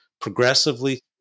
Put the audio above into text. progressively